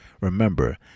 remember